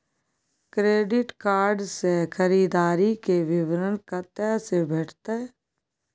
Credit card से खरीददारी के विवरण कत्ते से भेटतै?